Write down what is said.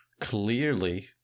clearly